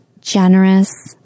generous